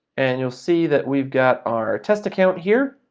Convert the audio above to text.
and you'll see that we've got our test account here,